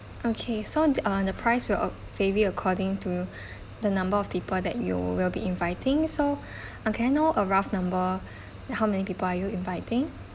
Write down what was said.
okay so uh the price will uh vary according to the number of people that you will be inviting so uh can I know a rough number how many people are you inviting